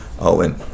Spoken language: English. owen